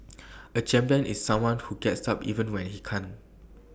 A champion is someone who gets up even when he can't